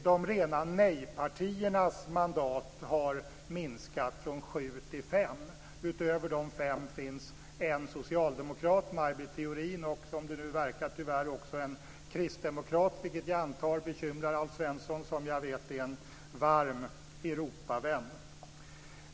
De rena nej-partiernas mandat har minskat från sju till fem. Utöver de fem finns en socialdemokrat, Maj Britt Theorin, och som det nu verkar tyvärr också en kristdemokrat, vilket jag antar bekymrar Alf Svensson som jag vet är en varm Europavän.